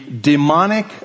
demonic